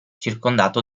circondato